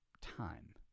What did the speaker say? time